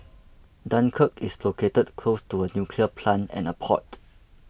dunkirk is located close to a nuclear plant and a port